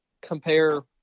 compare